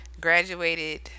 graduated